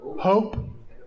Hope